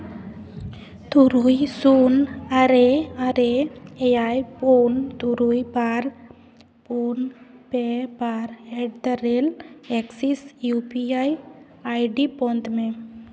ᱛᱩᱨᱩᱭ ᱥᱩᱱ ᱟᱨᱮ ᱟᱨᱮ ᱮᱭᱟᱭ ᱯᱩᱱ ᱛᱩᱨᱩᱭ ᱵᱟᱨ ᱯᱩᱱ ᱯᱮ ᱵᱟᱨ ᱮᱴᱫᱟᱨᱮᱹᱴ access U P I ID ᱵᱚᱱᱫᱷ ᱢᱮ